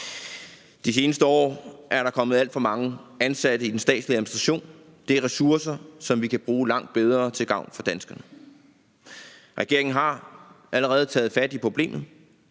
De seneste år er der kommet alt for mange ansatte i den statslige administration. Det er ressourcer, som vi kan bruge langt bedre til gavn for danskerne. Regeringen har allerede taget fat i problemet.